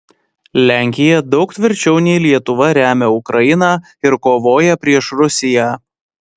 lenkija daug tvirčiau nei lietuva remia ukrainą ir kovoja prieš rusiją